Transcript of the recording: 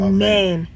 Amen